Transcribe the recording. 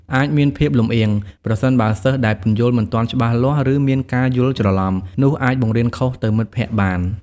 អាចមានភាពលំអៀង ប្រសិនបើសិស្សដែលពន្យល់មិនទាន់ច្បាស់លាស់ ឬមានការយល់ច្រឡំ នោះអាចបង្រៀនខុសទៅមិត្តភក្តិបាន។